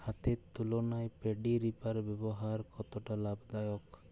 হাতের তুলনায় paddy reaper ব্যবহার কতটা লাভদায়ক?